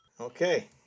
Okay